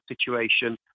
situation